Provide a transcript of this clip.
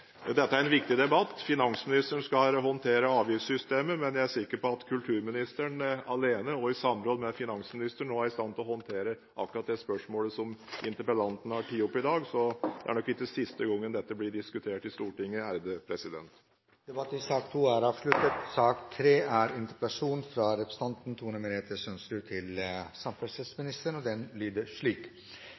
jeg er sikker på at kulturministeren alene og i samråd med finansministeren også er i stand til å håndtere dette spørsmålet som interpellanten har tatt opp i dag, så det er nok ikke siste gang dette blir diskutert i Stortinget. Debatten i sak nr. 2 er avsluttet. Som det står i interpellasjonen, har Nordisk råd lenge diskutert utfordringer og